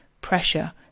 pressure